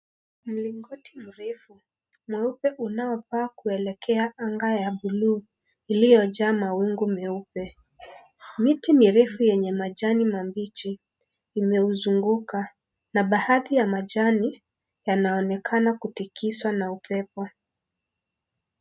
Mlingoti mrefu mweupe unaopaa kuelekea anga ya buluu iliyojaa mawingu meupe. Miti mirefu yenye majani mabichi imeuzunguka na baadhi ya majani yanaonekana kutikizwa na upepo.